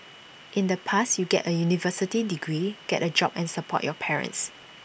in the past you get A university degree get A job and support your parents